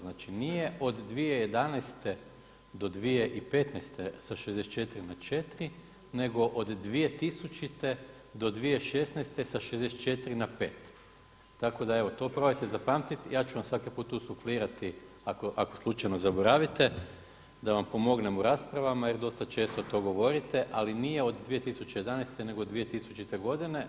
Znači nije od 2011. do 2015. sa 64 na 4 nego od 2000. do 2016. sa 64 na 5. Tako da, evo to probajte zapamtiti, ja ću vam svaki put tu suflirati ako slučajno zaboravite da vam pomognemo u raspravama jer dosta često to govorite, ali nije od 2011. nego od 2000. godine.